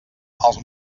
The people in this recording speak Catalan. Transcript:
els